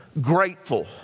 grateful